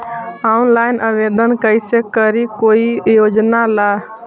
Online आवेदन कैसे करी कोई योजना ला?